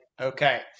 Okay